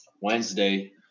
Wednesday